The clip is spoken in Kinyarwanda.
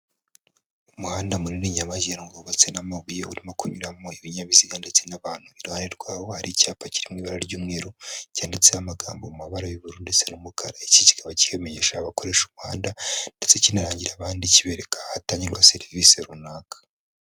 Umuhanda munini nyabagendwa wubatse n'amabuye urimo kunyuramo ibinyabiziga ndetse n'abantu, iruhande rwawo ari icyapa kirimo ibara ry'umweru cyanditseho amagambo mu mabara y'ubururu ndetse n'umukara, iki kikaba kimenyesha abakoresha umuhanda ndetse kinarangira abandi kibereka ahatangirwa serivisi runaka.